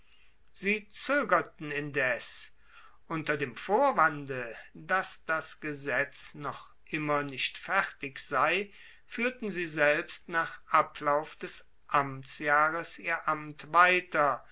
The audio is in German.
sie zoegerten indes unter dem vorwande dass das gesetz noch immer nicht fertig sei fuehrten sie selbst nach ablauf des amtsjahres ihr amt weiter